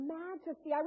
majesty